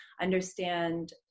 understand